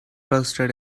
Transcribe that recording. trusted